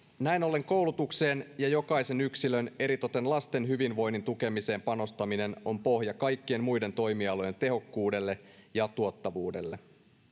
näin ollen koulutukseen ja jokaisen yksilön eritoten lasten hyvinvoinnin tukemiseen panostaminen on pohja kaikkien muiden toimialojen tehokkuudelle ja tuottavuudelle